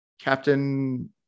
Captain